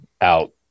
out